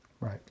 Right